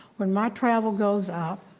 when my travel goes up,